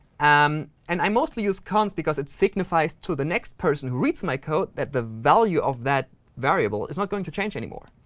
um and i mostly use const, because it signifies to the next person who reads my code that the value of that variable is not going to change anymore.